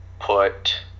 put